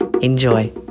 Enjoy